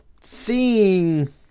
seeing